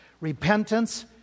Repentance